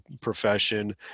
profession